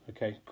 Okay